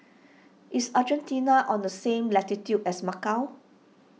is Argentina on the same latitude as Macau